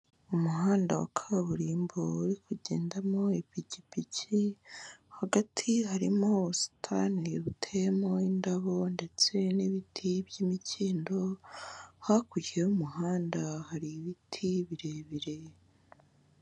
Umuhanda wa kaburimbo urikugendamo ipikipiki, hagati harimo ubusitani buteyemo indabo ndetse n'ibiti by'imikindo, hakurya y'umuhanda hari ibiti birebire.